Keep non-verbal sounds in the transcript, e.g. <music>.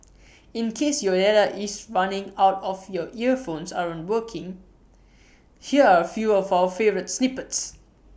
<noise> in case your data is running out or your earphones aren't working here are A few of our favourite snippets